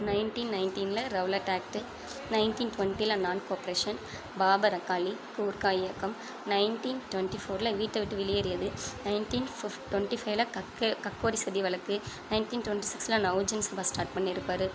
nineteen நைன்ட்டீன்ல Rowlatt act nineteen டொண்ட்டில non cooperation பாபரக்காளி கூர்க்கா இயக்கம் நைன்ட்டீன் டொண்ட்டி ஃபோர்ல வீட்டை விட்டு வெளியேறியது நைன்ட்டீன் ஃபிஃப் டொண்ட்டி ஃபைவ்ல கக்க கக்கோரி சதி வலக்கு நைன்ட்டீன் டொண்ட்டி சிக்ஸ்ல நவுஜன் சபா ஸ்டார்ட் பண்ணியிருப்பார்